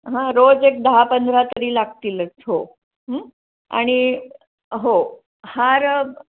हां रोज एक दहा पंधरा तरी लागतीलच हो आणि हो हार